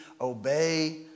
obey